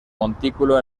montículo